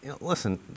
listen